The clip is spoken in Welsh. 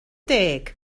deg